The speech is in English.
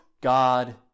God